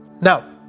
Now